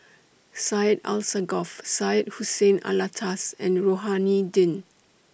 Syed Alsagoff Syed Hussein Alatas and Rohani Din